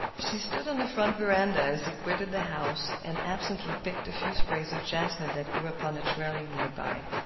she stood on the front veranda as he quitted the house, and absently picked a few sprays of jessamine that grew upon a trellis near by.